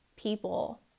people